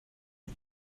but